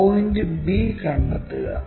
point b കണ്ടെത്തുക